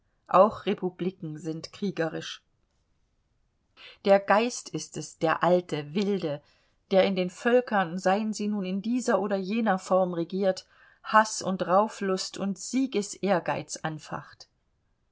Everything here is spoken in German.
auch republiken sind kriegerisch der geist ist es der alte wilde der in den völkern seien sie nun in dieser oder jener form regiert haß und rauflust und siegesehrgeiz anfacht